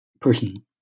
person